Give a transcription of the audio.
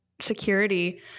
security